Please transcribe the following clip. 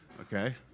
okay